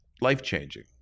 life-changing